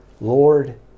Lord